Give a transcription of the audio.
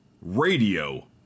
Radio